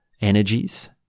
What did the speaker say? energies